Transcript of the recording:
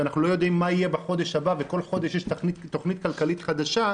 כשאנחנו לא יודעים מה יהיה בחודש הבא וכל חודש יש תוכנית כלכלית חדשה,